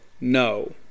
No